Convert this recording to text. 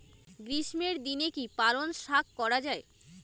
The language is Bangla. গ্রীষ্মের দিনে কি পালন শাখ করা য়ায়?